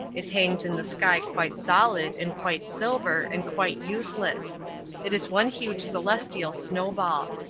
it hangs in the sky quite solid and quite silver and quite useless it is one huge celestial snowball.